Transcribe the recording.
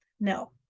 no